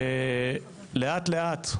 ולאט לאט,